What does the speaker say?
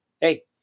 Hey